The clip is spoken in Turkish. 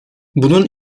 bunun